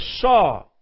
saw